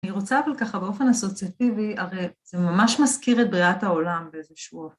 אני רוצה אבל ככה באופן אסוציאטיבי, הרי זה ממש מזכיר את בריאת העולם באיזשהו אופן